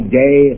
day